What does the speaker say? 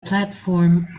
platform